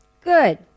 Good